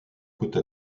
côte